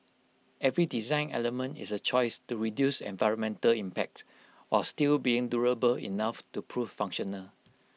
every design element is A choice to reduce environmental impact while still being durable enough to prove functional